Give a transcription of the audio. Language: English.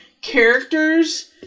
characters